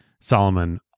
Solomon